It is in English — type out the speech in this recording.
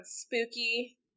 spooky